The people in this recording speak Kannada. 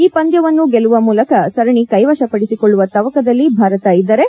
ಈ ಪಂದ್ವವನ್ನೂ ಗೆಲ್ಲುವ ಮೂಲಕ ಸರಣಿ ಕೈವಶ ಪಡಿಸಿಕೊಳ್ಳುವ ತವಕದಲ್ಲಿ ಭಾರತ ಇದ್ದರೆ